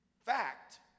fact